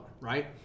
right